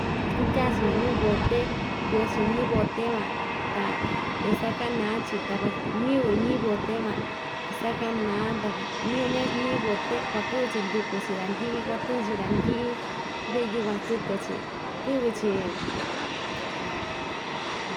Ikutyaa‑chi minu bote yoo‑chi ñi'í bote van ta isakaná‑chi ta kua ñɨvɨ iñi'i bote van kuasakanà ta ñɨvɨ ña iñi'i bote kuakɨ'vɨ‑chi nduku‑chi randyi'i kuatɨɨn‑chi randyi'i ndɨ'ɨ yukuan sɨkɨ‑chi kɨ'vɨ‑chi.